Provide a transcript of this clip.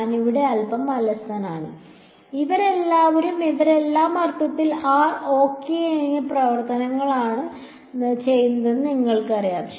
ഞാൻ ഇവിടെ അൽപ്പം അലസനാണ് ഇവരെല്ലാം ഇവരെല്ലാം യഥാർത്ഥത്തിൽ ആർ ആർ ഓകെയുടെ പ്രവർത്തനങ്ങളാണ് ചെയ്യുന്നതെന്ന് നിങ്ങൾക്കറിയാം